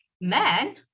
men